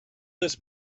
this